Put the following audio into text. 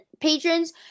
patrons